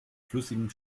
flüssigen